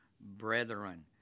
brethren